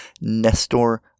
Nestor